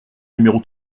numéro